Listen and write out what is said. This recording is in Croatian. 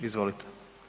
Izvolite.